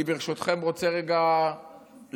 אני, ברשותכם, רוצה רגע לעזוב,